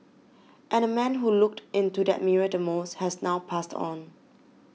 and the man who looked into that mirror the most has now passed on